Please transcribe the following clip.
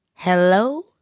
Hello